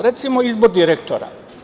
Recimo, izbor direktora.